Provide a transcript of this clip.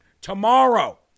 tomorrow